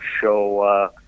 show